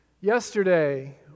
Yesterday